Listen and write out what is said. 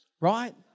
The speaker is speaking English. Right